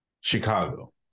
Chicago